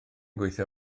gweithio